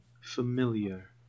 familiar